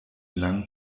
langen